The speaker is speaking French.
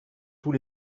tous